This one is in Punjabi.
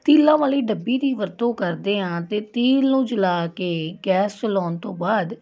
ਤੀਲਾਂ ਵਾਲੀ ਡੱਬੀ ਦੀ ਵਰਤੋਂ ਕਰਦੇ ਹਾਂ ਤਾਂ ਤੀਲ ਨੂੰ ਜਲਾ ਕੇ ਗੈਸ ਚਲਾਉਣ ਤੋਂ ਬਾਅਦ